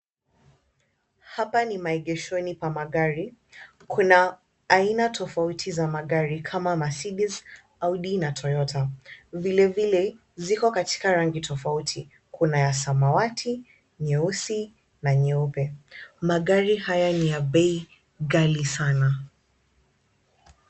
Hapa ni maegeshoni pa magari, kuna aina tofauti za magari kama Mercedes, Audi na Toyota. Vilevile ziko katika rangi tofauti, kuna ya samawati, nyeusi na nyeupe. Magari haya ni ya bei ghali sana.